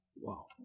Wow